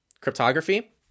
cryptography